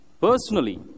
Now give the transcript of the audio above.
personally